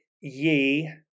ye